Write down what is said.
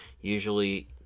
Usually